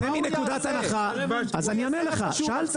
צא מנקודת הנחה, אז אני עונה לך, שאלת.